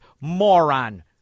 moron